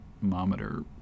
thermometer